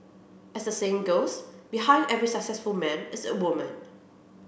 as the saying goes Behind every successful man is a woman